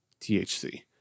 THC